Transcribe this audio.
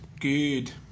good